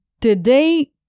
today